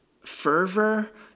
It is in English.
fervor